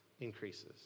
increases